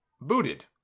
booted